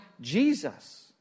Jesus